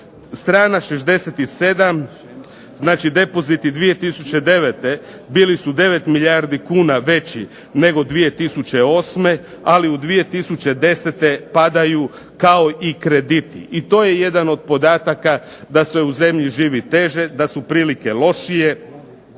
Strana 67. znači depoziti 2009. bili su 9 milijardi kuna veći nego 2008. ali u 2010. padaju kao i krediti i to je jedan od podataka da se u zemlji živi teže, da su prilike lošije,